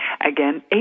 again